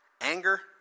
anger